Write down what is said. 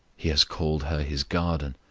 he has called her his garden,